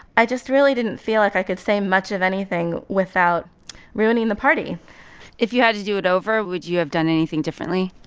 i just really didn't feel like i could say much of anything without ruining the party if you had to do it over, would you have done anything differently?